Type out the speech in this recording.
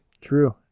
True